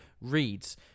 reads